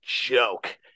joke